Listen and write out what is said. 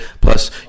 Plus